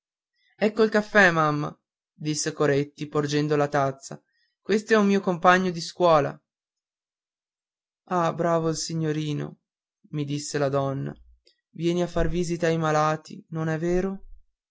ecco il caffè mamma disse coretti porgendo la tazza questo è un mio compagno di scuola ah bravo il signorino mi disse la donna viene a far visita ai malati non è vero